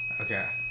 Okay